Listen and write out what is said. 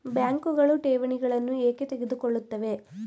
ಬ್ಯಾಂಕುಗಳು ಠೇವಣಿಗಳನ್ನು ಏಕೆ ತೆಗೆದುಕೊಳ್ಳುತ್ತವೆ?